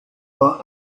war